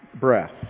breath